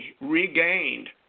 regained